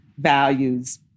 values